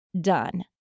done